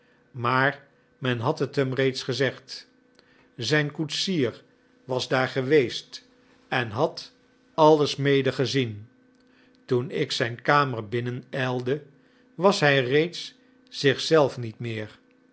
maar men had het hem reeds gezegd zijn koetsier was daar geweest en had alles mede gezien toen ik zijn kamer binnen ijlde was hij reeds zich zelf niet meer